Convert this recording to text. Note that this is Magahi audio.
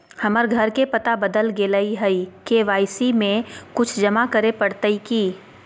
हमर घर के पता बदल गेलई हई, के.वाई.सी में कुछ जमा करे पड़तई की?